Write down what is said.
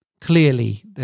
Clearly